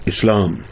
Islam